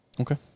Okay